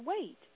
wait